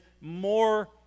more